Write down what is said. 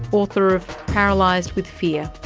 author of paralysed with fear.